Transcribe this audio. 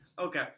Okay